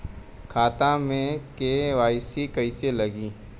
खाता में के.वाइ.सी कइसे लगी?